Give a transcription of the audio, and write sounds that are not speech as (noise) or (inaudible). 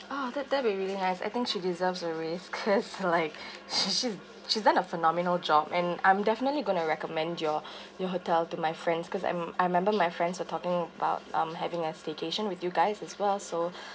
that that'll be really nice I think she deserves a raise (laughs) cause like she's she's~ she's done a phenomenal job and I'm definitely going to recommend your your hotel to my friends cause I'm I remember my friends were talking about um having a staycation with you guys as well so (breath)